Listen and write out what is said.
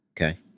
Okay